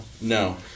No